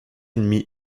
ennemi